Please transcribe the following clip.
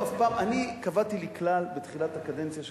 אני קבעתי לי כלל בתחילת הקדנציה שלי